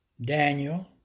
Daniel